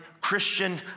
Christian